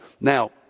Now